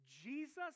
Jesus